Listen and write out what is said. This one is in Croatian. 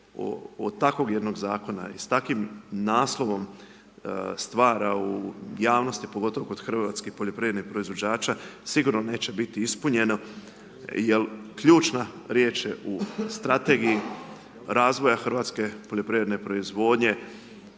od takvog jednog Zakona i s takvim naslovom stvara u javnosti, pogotovo kod hrvatskih poljoprivrednih proizvođača, sigurno neće biti ispunjeno jel ključna riječ je u strategiji razvoja hrvatske poljoprivredne proizvodnje,